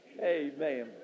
amen